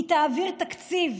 היא תעביר תקציב,